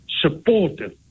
supportive